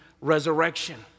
resurrection